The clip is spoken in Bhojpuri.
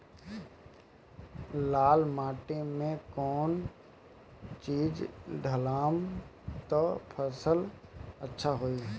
लाल माटी मे कौन चिज ढालाम त फासल अच्छा होई?